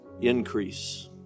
increase